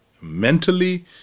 mentally